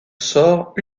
sort